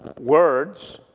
words